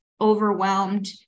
overwhelmed